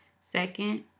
Second